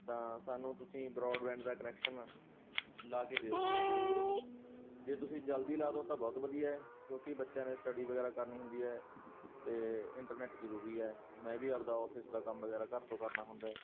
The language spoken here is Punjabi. ਤਾਂ ਸਾਨੂੰ ਤੁਸੀਂ ਬਰੋਡਬੈਂਡ ਦਾ ਕਨੈਕਸ਼ਨ ਲਗਾ ਕੇ ਦਿਓ ਜੀ ਜ਼ਰੂਰ ਜੇ ਤੁਸੀਂ ਜਲਦੀ ਲਗਾ ਦਿਓ ਤਾਂ ਬਹੁਤ ਵਧੀਆ ਕਿਉਂਕਿ ਬੱਚਿਆਂ ਨੇ ਸਟਡੀ ਵਗੈਰਾ ਕਰਨੀ ਹੁੰਦੀ ਹੈ ਅਤੇ ਇੰਟਰਨੈਟ ਜ਼ਰੂਰੀ ਹੈ ਮੈਂ ਵੀ ਆਪਣਾ ਆਫਿਸ ਦਾ ਕੰਮ ਵਗੈਰਾ ਘਰ ਤੋਂ ਕਰਨਾ ਹੁੰਦਾ